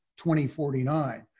2049